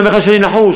אני אומר לך שאני נחוש,